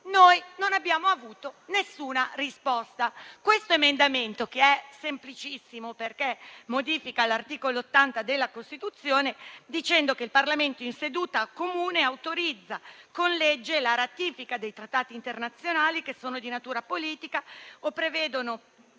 noi non abbiamo avuto alcuna risposta. Questo emendamento è semplicissimo perché modifica l'articolo 80 della Costituzione dicendo: «Il Parlamento in seduta comune autorizza con legge la ratifica dei trattati internazionali che sono di natura politica, o prevedono